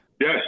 Yes